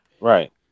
right